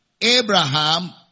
Abraham